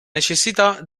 necessità